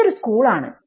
ഇതു ഒരു സ്കൂൾ ആണ്